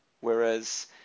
Whereas